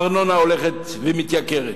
הארנונה הולכת ומתייקרת.